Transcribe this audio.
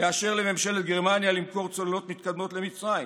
לאשר לממשלת גרמניה למכור צוללות מתקדמות למצרים?